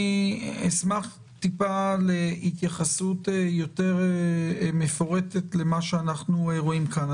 אשמח להתייחסות יותר מפורטת לגבי מה שאנחנו רואים כאן.